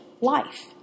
life